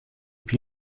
più